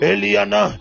Eliana